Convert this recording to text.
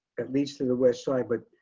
that leads to the west side but